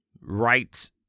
Right